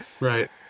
Right